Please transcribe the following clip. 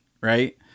right